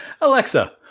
Alexa